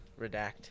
Redact